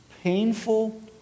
painful